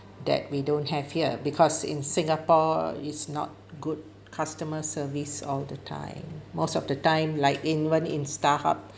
that we don't have here because in singapore it's not good customer service all the time most of the time like in one in Starhub